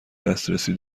دسترسی